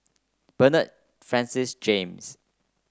Bernard Francis James